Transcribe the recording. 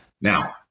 Now